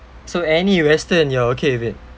so any western you're okay with it